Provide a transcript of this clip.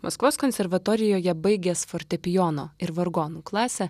maskvos konservatorijoje baigęs fortepijono ir vargonų klasę